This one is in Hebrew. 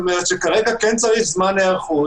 כרגע כן צריך זמן היערכות.